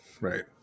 Right